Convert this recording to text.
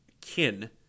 kin